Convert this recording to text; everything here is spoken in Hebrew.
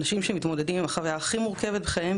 אנשים שמתמודדים עם החוויה הכי מורכבת של חייהם,